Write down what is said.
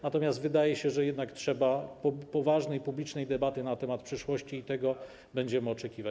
Natomiast wydaje się, że jednak trzeba poważnej, publicznej debaty na temat przyszłości i tego będziemy oczekiwać.